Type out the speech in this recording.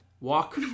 Walk